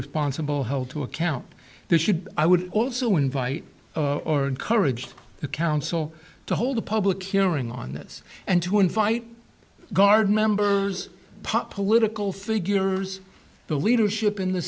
responsible held to account there should i would also invite or encouraged the council to hold a public hearing on this and to invite guard members part political figures the leadership in the